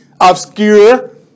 obscure